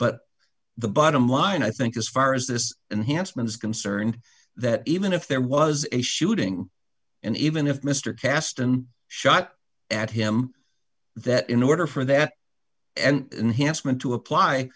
but the bottom line i think as far as this and hansen is concerned that even if there was a shooting and even if mr kasten shot at him that in order for that and he has meant to apply